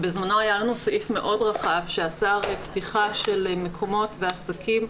בזמנו היה לנו סעיף מאוד רחב שאסר פתיחה של מקומות ועסקים.